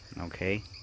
Okay